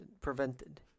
prevented